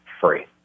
free